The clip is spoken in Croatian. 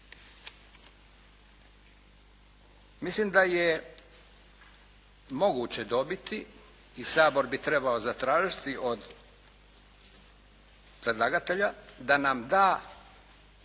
Mislim da je moguće dobiti i Sabor bi trebao zatražiti od predlagatelja da nam da